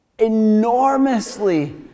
enormously